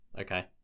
Okay